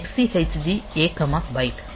XCHG A byte